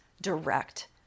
direct